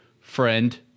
friend